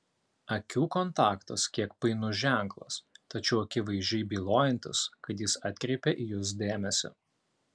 akių kontaktas kiek painus ženklas tačiau akivaizdžiai bylojantis kad jis atkreipė į jus dėmesį